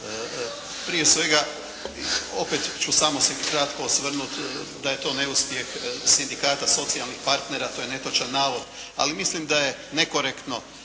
Prije svega, opet ću samo se kratko osvrnuti da je to neuspjeh sindikata socijalnih partnera to je netočan navod. Ali mislim da je nekorektno